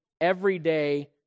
everyday